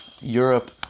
Europe